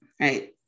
right